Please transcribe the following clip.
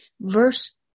Verse